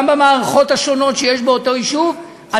גם במערכות השונות שיש באותו יישוב,